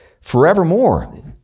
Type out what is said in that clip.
forevermore